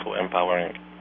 empowering